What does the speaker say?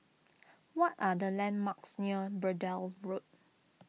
what are the landmarks near Braddell Road